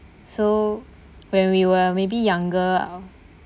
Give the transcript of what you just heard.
so when we were maybe younger oh